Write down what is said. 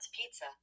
pizza